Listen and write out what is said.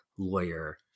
lawyer